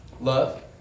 Love